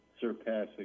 surpassing